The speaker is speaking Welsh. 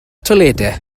toiledau